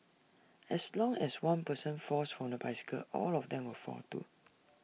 as long as one person falls from the bicycle all of them will fall too